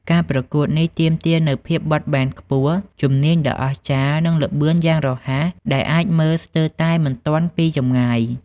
ការប្រកួតនេះទាមទារនូវភាពបត់បែនខ្ពស់ ជំនាញដ៏អស្ចារ្យ និងល្បឿនយ៉ាងរហ័សដែលអាចមើលស្ទើរតែមិនទាន់ពីចម្ងាយ។